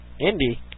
Indy